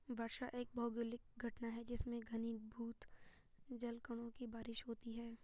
वर्षा एक भौगोलिक घटना है जिसमें घनीभूत जलकणों की बारिश होती है